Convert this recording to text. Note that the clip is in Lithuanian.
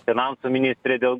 finansų ministre dėl